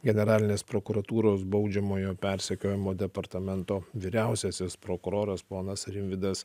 generalinės prokuratūros baudžiamojo persekiojimo departamento vyriausiasis prokuroras ponas rimvydas